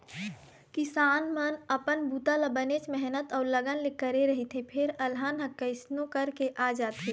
किसान मन अपन बूता ल बनेच मेहनत अउ लगन ले करे रहिथे फेर अलहन ह कइसनो करके आ जाथे